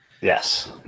Yes